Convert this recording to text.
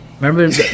remember